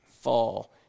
fall